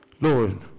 Lord